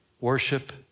worship